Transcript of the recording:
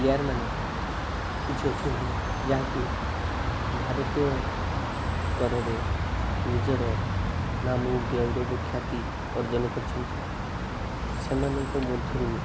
ପ୍ଲେୟାର୍ମାନେ କିଛି ଅଛନ୍ତି ଯାହାକି ଭାରତୀୟ ସ୍ଥରରେ ନିଜର ନାମ ଗୌରବ ଖ୍ଯାତି ଅର୍ଜନ କରିଛନ୍ତି ସେମାନଙ୍କ ମଧ୍ୟରୁ